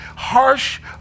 harsh